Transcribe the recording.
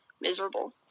miserable